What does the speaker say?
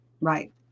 Right